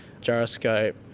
gyroscope